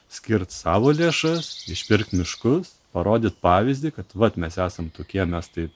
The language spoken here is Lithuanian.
skirt savo lėšas išpirkt miškus parodyt pavyzdį kad vat mes esam tokie mes taip